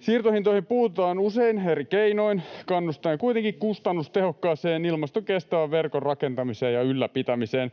Siirtohintoihin puututaan usein eri keinoin kannustaen kuitenkin kustannustehokkaaseen, ilmastokestävän verkon rakentamiseen ja ylläpitämiseen.